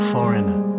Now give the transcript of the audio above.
Foreigner